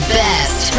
best